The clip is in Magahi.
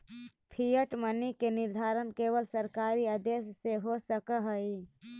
फिएट मनी के निर्धारण केवल सरकारी आदेश से हो सकऽ हई